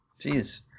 Jeez